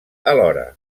alhora